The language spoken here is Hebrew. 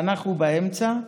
ואנחנו באמצע,